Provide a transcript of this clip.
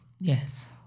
Yes